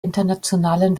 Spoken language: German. internationalen